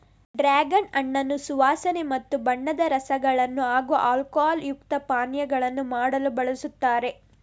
dragon ಹಣ್ಣನ್ನು ಸುವಾಸನೆ ಮತ್ತು ಬಣ್ಣದ ರಸಗಳನ್ನು ಹಾಗೂ ಆಲ್ಕೋಹಾಲ್ ಯುಕ್ತ ಪಾನೀಯಗಳನ್ನು ಮಾಡಲು ಬಳಸುತ್ತಾರೆ